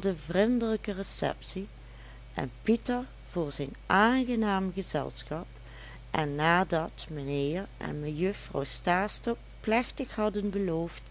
de vrindelijke receptie en pieter voor zijn aangenaam gezelschap en nadat mijnheer en mejuffrouw stastok plechtig hadden beloofd